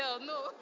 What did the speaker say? no